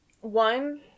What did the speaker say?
one